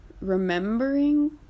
remembering